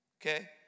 okay